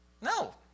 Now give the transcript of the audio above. No